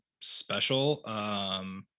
special